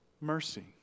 Mercy